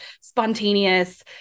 spontaneous